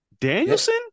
Danielson